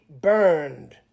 burned